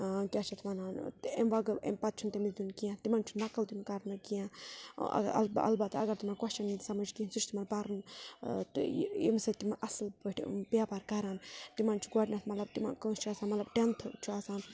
کیٛاہ چھِ اَتھ وَنان تہٕ امہِ وَغٲر امہِ پَتہٕ چھُنہٕ تٔمِس دِیُن کینٛہہ تِمَن چھُ نَقٕل دِیُن کَرنہٕ کینٛہہ اَلب اَلبَتہ اگر تِمَن کۄسچَن یی نہٕ سَمٕجھ کینٛہہ سُہ چھُ تِمَن پَرُن تہٕ ییٚمہِ سۭتۍ تِمَن اَصٕل پٲٹھۍ پیپَر کَرَن تِمَن چھُ گۄڈنٮ۪تھ مطلب تِمَن کٲنٛسہِ چھُ آسان مطلب ٹٮ۪نتھٕ چھُ آسان